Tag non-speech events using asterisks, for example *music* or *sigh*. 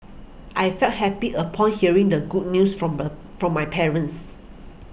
I felt happy upon hearing the good news from *unintelligible* from my parents